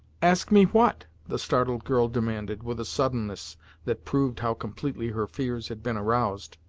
ask me what the startled girl demanded, with a suddenness that proved how completely her fears had been aroused.